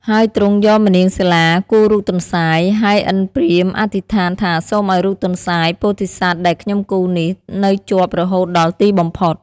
ហើយទ្រង់យកម្នាងសិលាគូររូបទន្សាយ ហើយឥន្ទព្រាហ្មណ៍អធិដ្ឋានថាសូមឲ្យរូបទន្សាយពោធិសត្វដែលខ្ញុំគូរនេះនៅជាប់រហូតដល់ទីបំផុត។